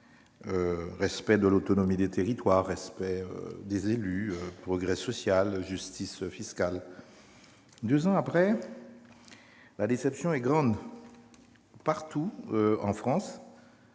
respect de l'autonomie des territoires »,« respect des élus »,« progrès social »,« justice fiscale ». Deux ans après, la déception est grande. Partout en France,